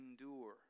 endure